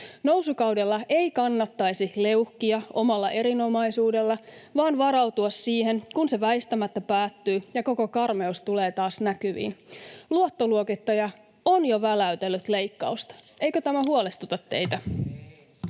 Nousukaudella ei kannattaisi leuhkia omalla erinomaisuudella, vaan varautua siihen, että se väistämättä päättyy ja koko karmeus tulee taas näkyviin. Luottoluokittaja on jo väläytellyt leikkausta. Eikö tämä huolestuta teitä?